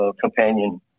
Companion